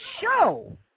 show